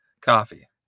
Coffee